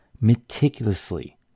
meticulously